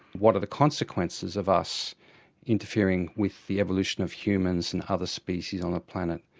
what are the consequences of us interfering with the evolution of humans and other species on the planet?